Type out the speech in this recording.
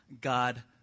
God